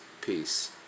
peace